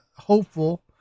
Hopeful